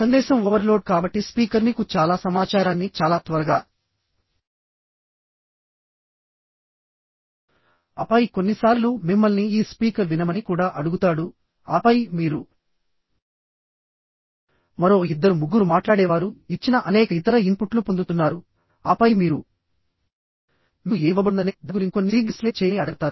సందేశం ఓవర్లోడ్ కాబట్టి స్పీకర్ మీకు చాలా సమాచారాన్ని చాలా త్వరగా ఆపై కొన్నిసార్లు మిమ్మల్ని ఈ స్పీకర్ వినమని కూడా అడుగుతాడు ఆపై మీరు మరో ఇద్దరు ముగ్గురు మాట్లాడేవారు ఇచ్చిన అనేక ఇతర ఇన్పుట్లు పొందుతున్నారు ఆపై మీరు మీకు ఏమి ఇవ్వబడుతుందనే దాని గురించి కొన్ని శీఘ్ర విశ్లేషణ చేయమని అడగబడతారు